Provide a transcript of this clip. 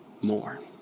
more